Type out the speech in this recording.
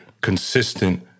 consistent